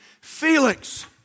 Felix